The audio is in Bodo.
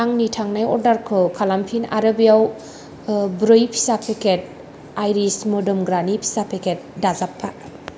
आंनि थांनाय अर्डारखौ खालामफिन आरो बेयाव ब्रै फिसा पेकेट आइरिस मोदोमग्रानि फिसा पेकेट दाजाबफा